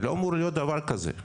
לא אמור להיות דבר כזה.